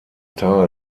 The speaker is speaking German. tal